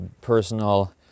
personal